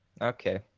Okay